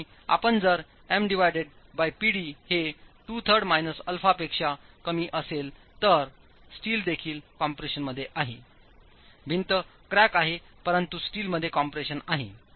आणि जर MPd हे 23 - α पेक्षा कमी असेल तर स्टील देखील कॉम्प्रेशनमध्ये आहेभिंतक्रॅक आहे परंतु स्टील कॉम्प्रेशनमध्ये आहे